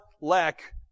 lack